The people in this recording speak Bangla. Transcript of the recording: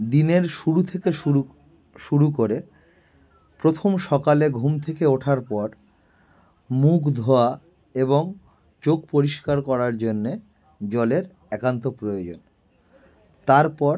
দিনের শুরু থেকে শুরু শুরু করে প্রথম সকালে ঘুম থেকে ওঠার পর মুখ ধোয়া এবং চোখ পরিষ্কার করার জন্যে জলের একান্ত প্রয়োজন তারপর